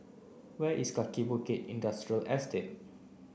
where is Kaki Bukit Industrial Estate